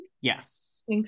Yes